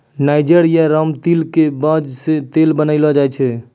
niger या रामतिल के बीज सॅ तेल बनैलो जाय छै